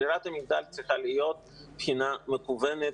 צריכה להיות בחינה מקוונת,